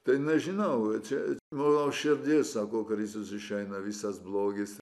tai nežinau ar čia nu nuoširdies sako kristus išeina visas blogis